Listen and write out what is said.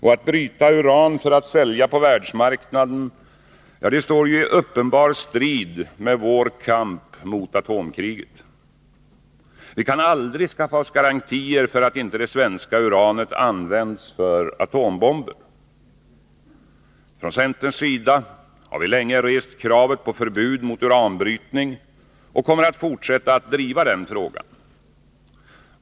Och att bryta uran för att sälja på världsmarknaden står i uppenbar strid med vår kamp mot atomkriget. Vi kan aldrig skaffa oss garantier för att inte det svenska uranet används för atombomber. Från centerns sida har vi länge rest kravet på förbud mot uranbrytning, och vi kommer att fortsätta att driva den frågan.